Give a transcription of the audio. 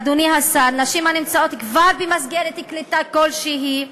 אדוני השר, נשים שכבר נמצאות במסגרת קליטה כלשהי,